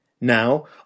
Now